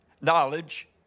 knowledge